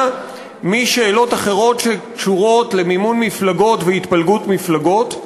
משאלות אחרות שקשורות למימון מפלגות והתפלגות מפלגות,